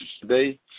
today